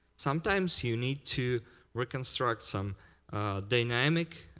sometimes you need to reconstruct some dynamic